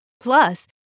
Plus